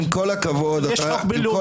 עם כל הכבוד אתה -- יש גם חוק בין-לאומי.